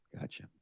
gotcha